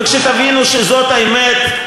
וכשתבינו שזאת האמת,